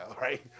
right